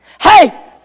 Hey